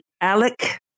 Alec